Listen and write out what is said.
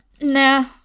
nah